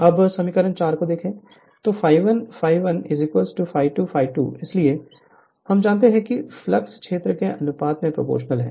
अब समीकरण 4 तो ∅1 ∅ 1 ∅2 ∅ 2 इसलिए हम जानते हैं कि फ्लक्स क्षेत्र के अनुपात में प्रोपोर्शनल है